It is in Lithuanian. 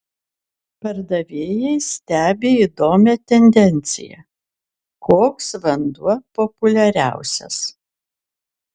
pardavėjai stebi įdomią tendenciją koks vanduo populiariausias